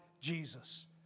Jesus